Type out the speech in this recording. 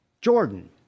Jordan